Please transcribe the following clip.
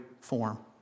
form